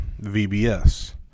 VBS